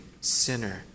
sinner